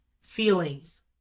feelings